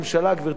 גברתי השרה,